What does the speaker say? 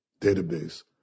database